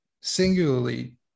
singularly